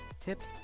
tips